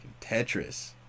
Tetris